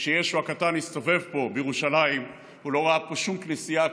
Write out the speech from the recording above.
כשישו הקטן והסתובב פה בירושלים הוא לא ראה פה שום כנסייה,